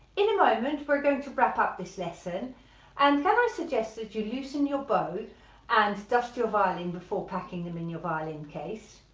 in a moment we're going to wrap up this lesson and can i suggest that you loosen your bow and dust your violin before packing them in your violin case,